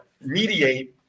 mediate